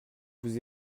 vous